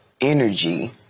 energy